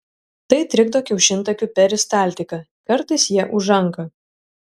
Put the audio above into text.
tai trikdo kiaušintakių peristaltiką kartais jie užanka